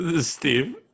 Steve